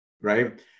Right